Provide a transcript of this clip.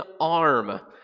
arm